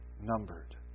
numbered